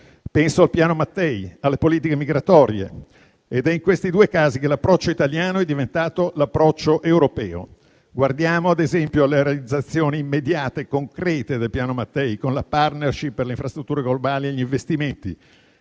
penso al Piano Mattei e alle politiche migratorie. È in questi due casi che l'approccio italiano è diventato l'approccio europeo. Guardiamo ad esempio alle realizzazioni immediate e concrete del Piano Mattei, con la *partnership* per le infrastrutture globali e gli investimenti;